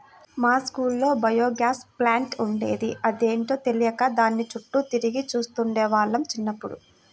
మా స్కూల్లో biogas plant ఉండేది, అదేంటో తెలియక దాని చుట్టూ తిరిగి చూస్తుండే వాళ్ళం చిన్నప్పుడు